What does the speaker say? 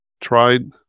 tried